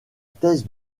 thèse